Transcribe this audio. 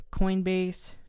Coinbase